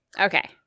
Okay